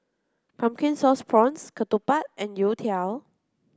pumpkin sauce prawns Ketupat and Youtiao